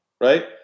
right